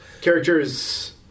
Characters